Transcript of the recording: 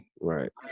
Right